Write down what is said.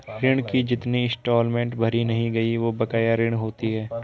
ऋण की जितनी इंस्टॉलमेंट भरी नहीं गयी वो बकाया ऋण होती है